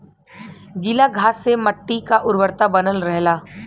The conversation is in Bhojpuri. गीला घास से मट्टी क उर्वरता बनल रहला